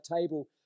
table